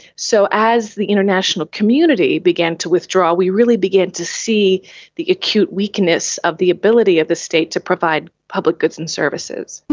so as the international community began to withdraw we really began to see the acute weakness of the ability of the state to provide public goods and services.